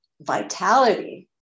vitality